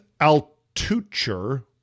Altucher